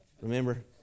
Remember